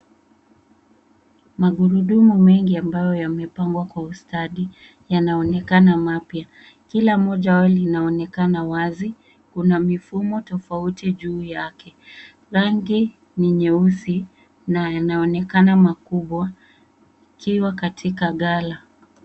Magurudumu mengi ambayo yamepangwa kwa ustadi yanaonekana mapya. Kila moja linaonekana wazi. Kuna mifumo tofauti juu yake. Rangi ni nyeusi na yanaonekana makubwa yakiwa katika ghala.